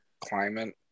climate